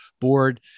board